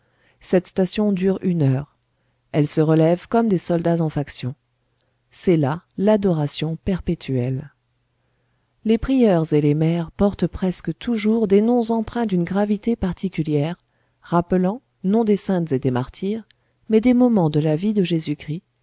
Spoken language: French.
cette station dure une heure elles se relèvent comme des soldats en faction c'est là l'adoration perpétuelle les prieures et les mères portent presque toujours des noms empreints d'une gravité particulière rappelant non des saintes et des martyres mais des moments de la vie de